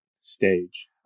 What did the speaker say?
stage